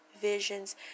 visions